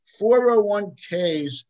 401ks